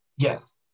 Yes